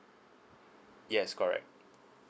yes correct